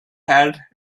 had